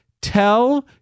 Tell